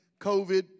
COVID